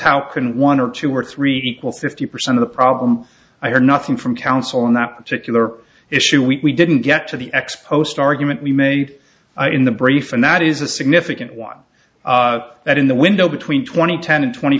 how can one or two or three people fifty percent of the problem i heard nothing from council that particular issue we didn't get to the ex post argument we made in the brief and that is a significant one that in the window between twenty ten and twenty